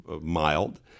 mild